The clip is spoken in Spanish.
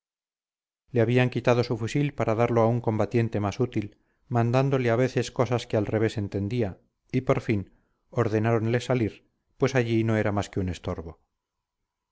le habían quitado su fusil para darlo a un combatiente más útil mandábanle a veces cosas que al revés entendía y por fin ordenáronle salir pues allí no era más que un estorbo